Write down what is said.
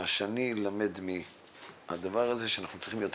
מה שאני למד מהדבר הזה שאנחנו צריכים יותר